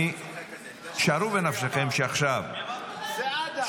שערו בנפשכם שעכשיו -- סעדה.